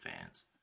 fans